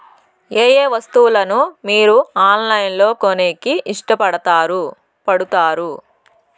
ఏయే వస్తువులను మీరు ఆన్లైన్ లో కొనేకి ఇష్టపడుతారు పడుతారు?